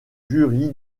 jury